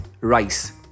rice